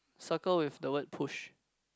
circle with the word push